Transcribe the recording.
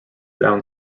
down